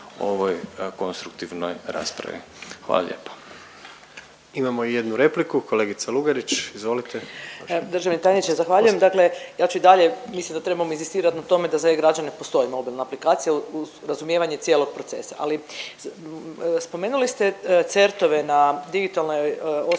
ovoj konstruktivnoj raspravi, hvala lijepo. **Jandroković, Gordan (HDZ)** Imamo jednu repliku, kolegice Lugarić izvolite. **Lugarić, Marija (SDP)** Državni tajniče zahvaljujem, dakle ja ću i dalje, mislim da trebamo inzistirat na tome da za igrače ne postoji mobilna aplikacija uz razumijevanje cijelog procesa. Ali spomenuli ste CERT-ove na digitalnoj osobnoj